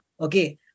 Okay